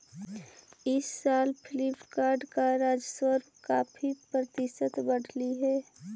इस साल फ्लिपकार्ट का राजस्व काफी प्रतिशत बढ़लई हे